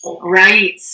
Right